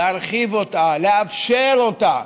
להרחיב אותה, לאפשר אותה,